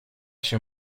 się